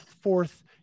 fourth